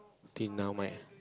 till now my